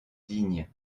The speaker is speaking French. digne